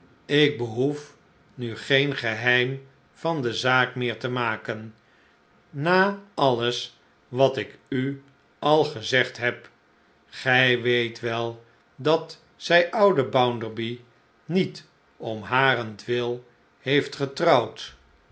ik behoef nu geen geheim van de zaak meer te maken na alles wat ik u al gezegd hebt gij weet wel dat zij ouden bounderby niet om harentwil heeft getrouwd